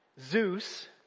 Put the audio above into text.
Zeus